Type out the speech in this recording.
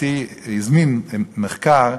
הזמין מחקר,